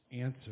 answer